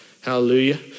Hallelujah